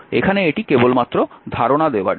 এখানে এটি কেবলমাত্র ধারণা দেবার জন্য